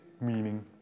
meaning